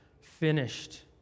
finished